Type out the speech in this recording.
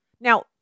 Now